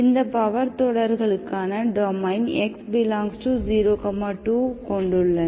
இந்த பவர் தொடர்களுக்கான domain x∈ 0 2 கொண்டுள்ளன